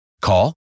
Call